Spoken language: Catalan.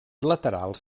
laterals